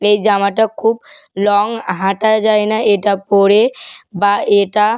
এই জামাটা খুব লং হাঁটা যায় না এটা পরে বা এটা